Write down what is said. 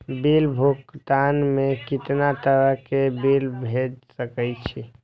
Bill भुगतान में कितना तरह के बिल भेज सके छी?